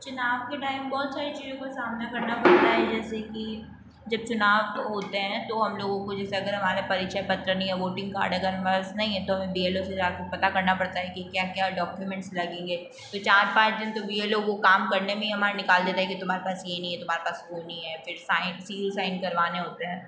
चुनाव के टाइम बहुत सारी चीज़ों का सामना करना पड़ता है जैसे कि जब चुनाव होते हैं तो हम लोगों को जैसे अगर हमारे परिचय पत्र नहीं है वोटिंग कार्ड अगर हमारे पास नहीं है तो हमें बीएलओ से जाके पता करना पड़ता है कि क्या क्या डॉक्यूमेंट्स लगेंगे तो चार पांच दिन तो बीएलओ वो काम करने में ही हमारा निकाल देते हैं कि तुम्हारे पास ये नहीं है तुम्हारे पास वो नहीं है फिर सील साइन करवाने होते हैं